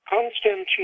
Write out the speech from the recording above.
Constantine